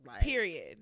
Period